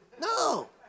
No